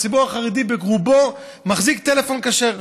הציבור החרדי ברובו מחזיק טלפון כשר,